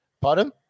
Pardon